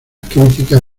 crítica